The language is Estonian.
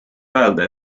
öelda